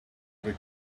they